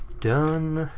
done.